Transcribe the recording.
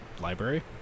library